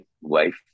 wife